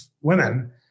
women